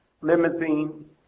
limousine